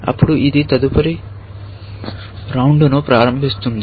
అప్పుడు ఇది తదుపరి రౌండ్ను ప్రారంభిస్తుంది